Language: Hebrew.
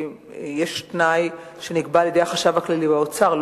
יש תנאי שנקבע על-ידי החשב הכללי או האוצר,